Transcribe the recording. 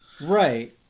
right